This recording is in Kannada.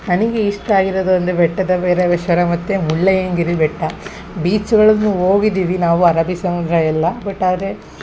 ನನಗೆ ಇಷ್ಟ ಆಗಿರೋದು ಅಂದರೆ ಬೆಟ್ಟದ ಭೈರವೇಶ್ವರ ಮತ್ತು ಮುಳ್ಳಯ್ಯನಗಿರಿ ಬೆಟ್ಟ ಬೀಚ್ಗಳನ್ನು ಹೋಗಿದ್ದೀವಿ ನಾವು ಅರಬ್ಬೀ ಸಮುದ್ರ ಎಲ್ಲ ಬಟ್ ಆದರೆ